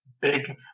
Big